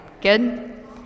Good